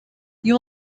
you